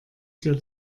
dir